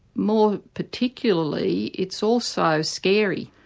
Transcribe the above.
more particularly it's also scary,